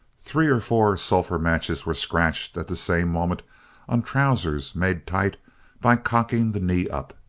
three or four sulphur matches were scratched at the same moment on trousers made tight by cocking the knee up.